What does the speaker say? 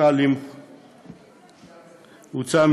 הוצאו